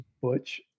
Butch